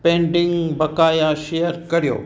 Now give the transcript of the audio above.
pending बक़ाया share कर्यो